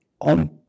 on